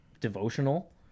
devotional